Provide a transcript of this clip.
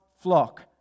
flock